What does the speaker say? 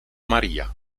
maria